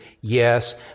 yes